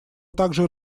также